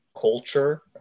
culture